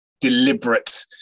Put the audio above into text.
deliberate